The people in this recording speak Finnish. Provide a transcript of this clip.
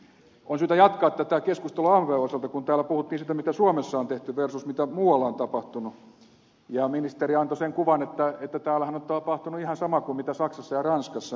on syytä jatkaa tätä keskustelua aamupäivän osalta kun täällä puhuttiin siitä mitä suomessa on tehty versus mitä muualla on tapahtunut ja ministeri antoi sen kuvan että täällähän on tapahtunut ihan sama kuin saksassa ja ranskassa